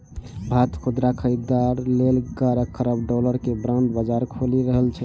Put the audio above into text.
भारत खुदरा खरीदार लेल ग्यारह खरब डॉलर के बांड बाजार खोलि रहल छै